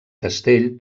castell